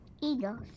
Eagles